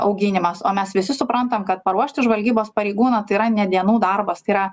auginimas o mes visi suprantam kad paruošti žvalgybos pareigūną tai yra ne dienų darbas tai yra